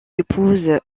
épouse